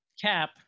cap